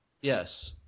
Yes